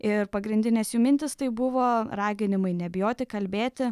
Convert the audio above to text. ir pagrindinės jų mintys tai buvo raginimai nebijoti kalbėti